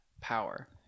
power